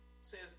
says